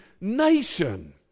nation